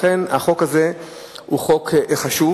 לכן החוק הזה הוא חוק חשוב.